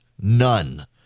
None